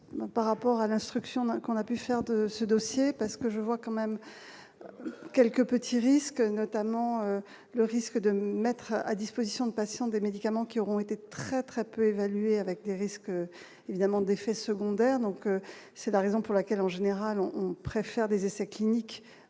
par rapport à l'instruction, donc on a pu faire de ce dossier parce que je vois quand même quelques petits risques, notamment le risque de mettre à disposition de patients des médicaments qui auront été très très peu évaluer avec des risques évidemment d'effets secondaires, donc c'est la raison pour laquelle, en général, on préfère des essais cliniques